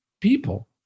people